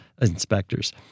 inspectors